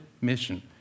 mission